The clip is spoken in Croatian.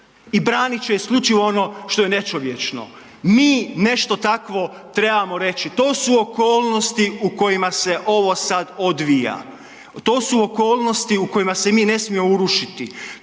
i branit će isključivo ono što je nečovječno. mi nešto takvom trebamo reći, to su okolnosti u kojima se ovo sad odvija. To su okolnosti u kojima se mi ne smijemo urušiti,